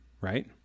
right